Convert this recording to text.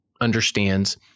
understands